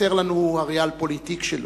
חסר לנו הריאל-פוליטיק שלו.